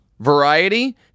Variety